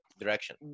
direction